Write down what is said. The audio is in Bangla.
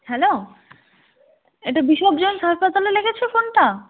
হ্যালো এটা বিশপ জন্স হাসপাতালে লেগেছে ফোনটা